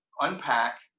unpack